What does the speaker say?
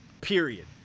period